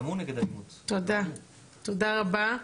תודה רבה.